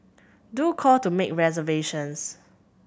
do call to make reservations